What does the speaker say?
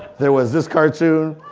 there was this cartoon.